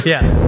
Yes